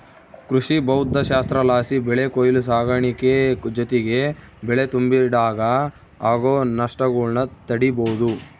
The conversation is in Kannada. ಕೃಷಿಭೌದ್ದಶಾಸ್ತ್ರಲಾಸಿ ಬೆಳೆ ಕೊಯ್ಲು ಸಾಗಾಣಿಕೆ ಜೊತಿಗೆ ಬೆಳೆ ತುಂಬಿಡಾಗ ಆಗೋ ನಷ್ಟಗುಳ್ನ ತಡೀಬೋದು